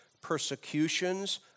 persecutions